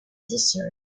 desert